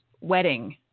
wedding